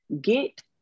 get